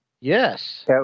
Yes